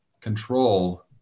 control